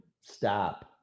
stop